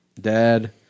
dad